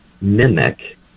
mimic